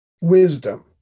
wisdom